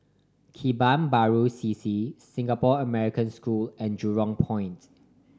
Kebun Baru C C Singapore American School and Jurong Point